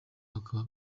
bakaba